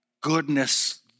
goodness